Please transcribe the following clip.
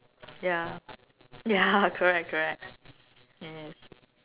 ya ya correct correct ya